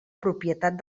propietat